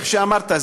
כמו שאמרת,